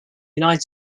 united